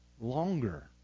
Longer